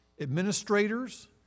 administrators